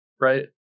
right